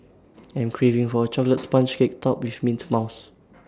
I am craving for A Chocolate Sponge Cake Topped with Mint Mousse